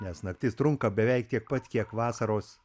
nes naktis trunka beveik tiek pat kiek vasaros